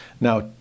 Now